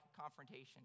confrontation